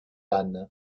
anne